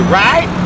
right